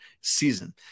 season